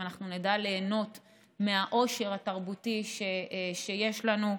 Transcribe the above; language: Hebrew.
אם נדע ליהנות מהעושר התרבותי שיש לנו,